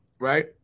right